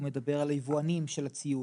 הוא מדבר על היבואנים של הציוד.